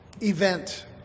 Event